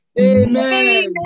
Amen